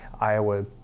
Iowa